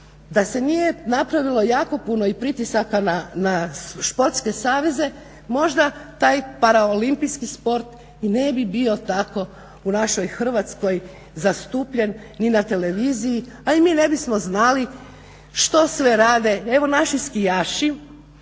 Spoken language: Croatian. da se nije napravilo jako puno i pritisaka na športske saveze možda taj para olimpijski sport ne bi bio tako u našoj Hrvatskoj zastupljen ni na televiziji, a i mi ne bismo znali što sve rade evo naši skijaši.